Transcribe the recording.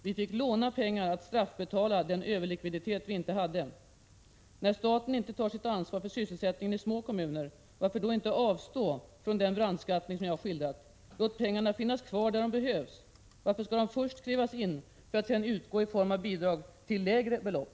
Vi fick låna pengar för att straffbetala den överlikviditet som vi inte hade. När staten inte tar sitt ansvar för sysselsättningen i små kommuner, varför då inte avstå från den brandskattning som jag skildrat? Låt pengarna finnas kvar där de behövs! Varför skall de först krävas in, för att sedan utgå i form av bidrag till lägre belopp?